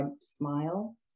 smile